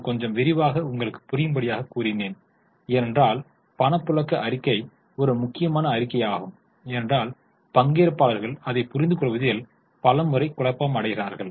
நான் கொஞ்சம் விரிவாகச் உங்களுக்கு புரியும்படியாக கூறினேன் ஏனென்றால் பணப்புழக்க அறிக்கை ஒரு முக்கியமான அறிக்கை ஆகும் ஏனென்றால் பங்கேற்பாளர்கள் அதை புரிந்து கொள்வதில் பல முறை குழப்பமடைகிறார்கள்